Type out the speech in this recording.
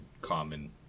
common